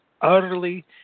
utterly